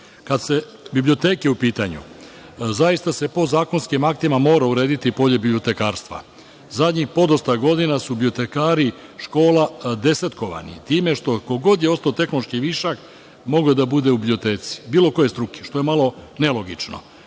su biblioteke u pitanju, zaista se podzakonskim aktima mora urediti polje bibliotekarstva. Zadnjih, podosta godina su bibliotekari škola desetkovani time što god je ostao tehnološki višak mogao je da bude u biblioteci, bilo koje struke, što je malo nelogično.